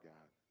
God